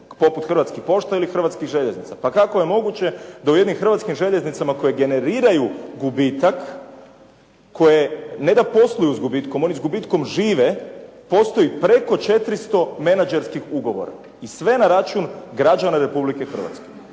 poput Hrvatskih pošta ili Hrvatskih željeznica. Pa kako je moguće da u jednim Hrvatskim željeznicama koje generiraju gubitak, koje ne da posluju s gubitkom, oni s gubitkom žive postoji preko 400 menađerskih ugovora i sve na račun građana Republike Hrvatske.